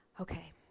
Okay